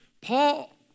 Paul